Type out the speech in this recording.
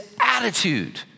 attitude